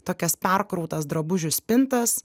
tokias perkrautas drabužių spintas